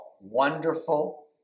Wonderful